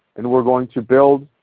and we are going to build